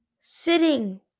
sitting